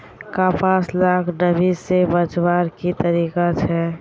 कपास लाक नमी से बचवार की तरीका छे?